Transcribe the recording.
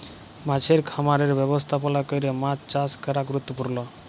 মাছের খামারের ব্যবস্থাপলা ক্যরে মাছ চাষ ক্যরা গুরুত্তপুর্ল